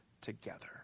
together